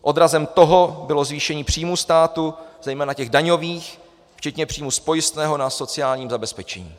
Odrazem toho bylo zvýšení příjmů státu, zejména těch daňových, včetně příjmů z pojistného na sociální zabezpečení.